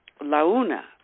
LaUNA